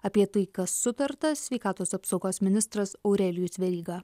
apie tai kas sutarta sveikatos apsaugos ministras aurelijus veryga